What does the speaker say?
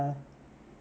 uh